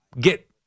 get